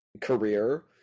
career